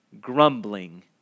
grumbling